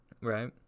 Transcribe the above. Right